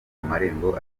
amarembo